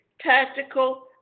tactical